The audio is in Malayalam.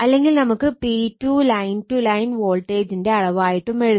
അല്ലെങ്കിൽ നമുക്ക് P2 ലൈൻ ടു ലൈൻ വോൾട്ടേജിന്റെ അളവായിട്ടും എഴുതാം